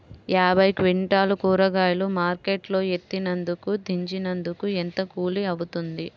యాభై క్వింటాలు కూరగాయలు మార్కెట్ లో ఎత్తినందుకు, దించినందుకు ఏంత కూలి అవుతుంది?